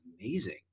amazing